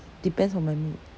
depends on my mood